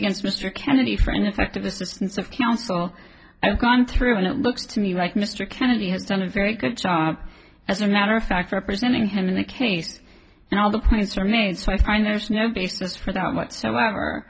against mr kennedy for ineffective assistance of counsel i've gone through and it looks to me like mr kennedy has done a very good job as a matter of fact representing him in the case and all the points are made so i find there's no basis for that whatsoever